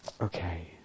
Okay